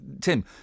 Tim